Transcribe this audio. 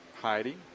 Heidi